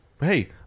Hey